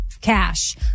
cash